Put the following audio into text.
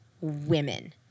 women